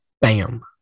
Bam